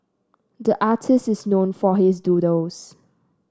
the artist is known for his doodles